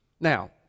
Now